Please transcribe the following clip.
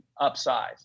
upsize